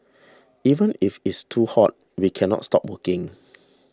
even if is too hot we cannot stop working